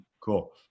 cool